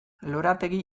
lorategi